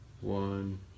one